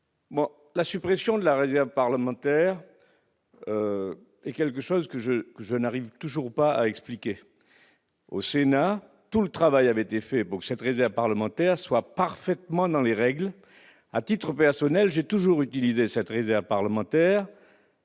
la suppression de la réserve parlementaire est quelque chose que je je n'arrive toujours pas à expliquer au Sénat tout le travail avait été fait pour cette réserve parlementaire soit parfaitement dans les règles, à titre personnel, j'ai toujours utilisé cette réserve parlementaire.